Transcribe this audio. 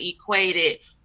equated –